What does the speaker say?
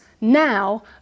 now